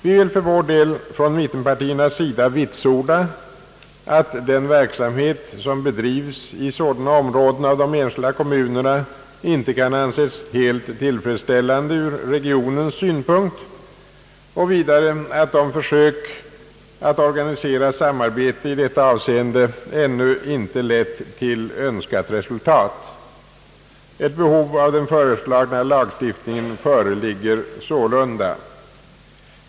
Vi vill för vår del från mittenpartiernas sida vitsorda, att den verksamhet som bedrivs i sådana områden av de enskilda kommunerna inte kan anses helt tillfredsställande ur regionens synpunkt, och vidare att försöken att organisera samarbete i detta avseende ännu inte leit till önskat resultat. Ett behov av den föreslagna lagstiftningen föreligger sålunda.